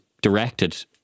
directed